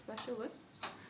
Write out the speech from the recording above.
specialists